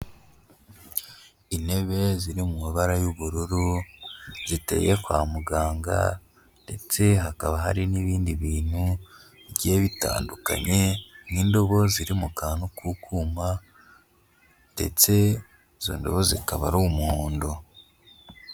Intebe ziri mu mabara y'ubururu, ziteye kwa muganga, ndetse hakaba hari n'ibindi bintu bigiye bitandukanye, nk'indobo ziri mu kantu k'ukuma, ndetse izo ndobo zikaba ari umuhondo.